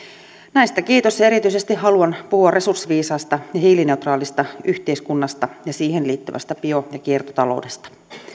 näistä kiitos ja erityisesti haluan puhua resurssiviisaasta ja hiilineutraalista yhteiskunnasta ja siihen liittyvästä bio ja kiertotaloudesta